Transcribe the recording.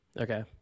Okay